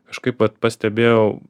aš kaip vat pastebėjau